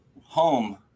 home